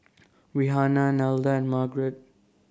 Rihanna Nelda and Margrett